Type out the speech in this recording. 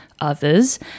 others